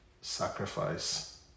sacrifice